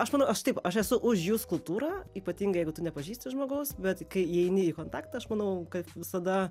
aš manau aš taip aš esu už jūs kultūrą ypatingai jeigu tu nepažįsti žmogaus bet kai įeini į kontaktą aš manau kad visada